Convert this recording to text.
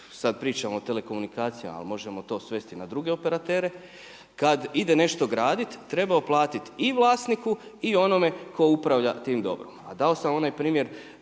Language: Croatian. sada pričamo o telekomunikacijama, možemo to svesti na druge operatere, kada ide nešto graditi trebao platiti i vlasniku i onome tko upravlja tim dobrom. A dao sam onaj primjer